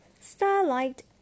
Starlight